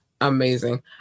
amazing